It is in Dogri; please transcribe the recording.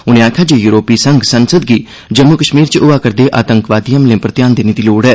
उने आक्खेया जे यूरोपिय संघ संसद गी जम्मू कश्मीर च होआ करदे आतंकी हमले पर ध्यान देने दी लोड़ ऐ